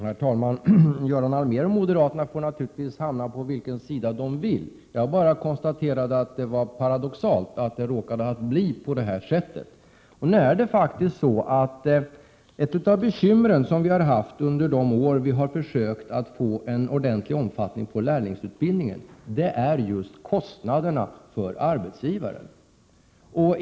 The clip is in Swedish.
Herr talman! Göran Allmér och moderaterna får naturligtvis hamna på vilken sida de vill. Jag konstaterade bara att det var paradoxalt att det råkade bli på det här sättet. Ett av de bekymmer vi har haft under de år vi har försökt få en ordentlig omfattning på lärlingsutbildningen är kostnaderna för arbetsgivaren.